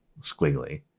squiggly